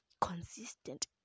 consistent